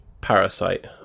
Parasite